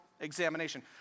examination